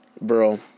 Bro